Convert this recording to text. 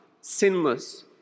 Sinless